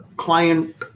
Client